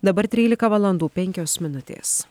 dabar trylika valandų penkios minutės